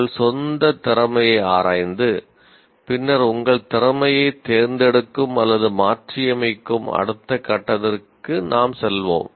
உங்கள் சொந்த திறமையை ஆராய்ந்து பின்னர் உங்கள் திறமையைத் தேர்ந்தெடுக்கும் அல்லது மாற்றியமைக்கும் அடுத்த கட்டத்திற்கு நாம் செல்வோம்